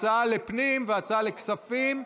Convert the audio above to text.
הצעה לפנים והצעה לכספים,